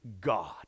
god